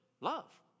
love